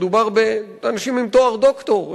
מדובר באנשים עם תואר דוקטור.